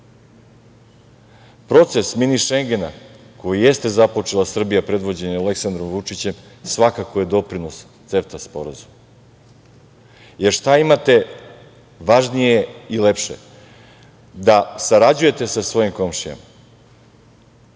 „mini Šengena“, koji jeste započela Srbija, predvođena Aleksandrom Vučićem, svakako je doprinos CEFTA sporazumu. Jer šta imate važnije i lepše, da sarađujete sa svojim komšijama,